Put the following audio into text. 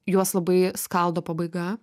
juos labai skaldo pabaiga